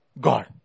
God